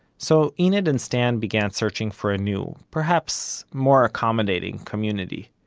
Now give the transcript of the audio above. so enid and stan began searching for a new, perhaps more accommodating, community.